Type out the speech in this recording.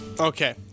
okay